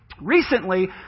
Recently